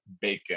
bacon